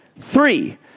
Three